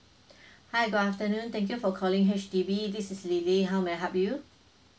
hi good afternoon thank you for calling H_D_B this is lily how may I help you